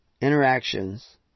interactions